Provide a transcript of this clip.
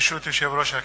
ברשות יושב-ראש הכנסת,